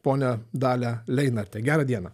ponią dalią leinartę gerą dieną